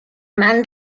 man